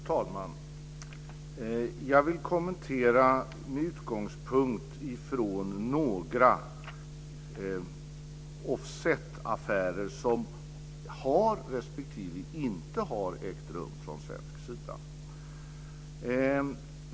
Fru talman! Jag vill kommentera med utgångspunkt i några offsetaffärer som har respektive inte har ägt rum från svensk sida.